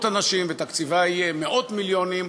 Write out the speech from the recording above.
אנשים ותקציבה יהיה מאות מיליונים,